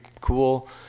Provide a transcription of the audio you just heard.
cool